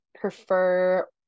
prefer